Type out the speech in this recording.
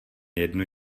jednu